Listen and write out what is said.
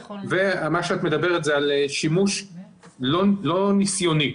מה שאת מדברת זה על שימוש לא ניסיוני,